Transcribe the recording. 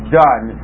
done